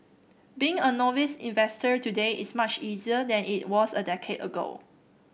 being a novice investor today is much easier than it was a decade ago